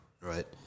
right